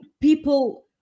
people